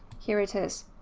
here it is,